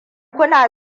kuna